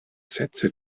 sätze